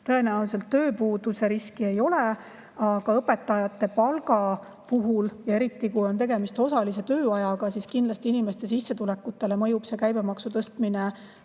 tõenäoliselt tööpuuduse riski ei ole. Aga õpetajate palga puhul, eriti kui on tegemist osalise tööajaga, kindlasti inimeste sissetulekutele mõjub käibemaksu tõstmine